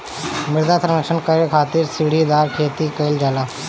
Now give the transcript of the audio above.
मृदा संरक्षण करे खातिर सीढ़ीदार खेती भी कईल जाला